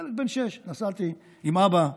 ילד בן שש, נסעתי עם אבא בטרקטור.